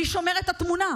מי שומר את התמונה?